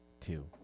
Two